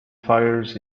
fires